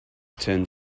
turned